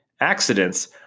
Accidents